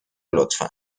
لطفا